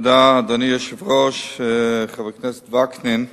אדוני היושב-ראש, תודה, חבר הכנסת וקנין,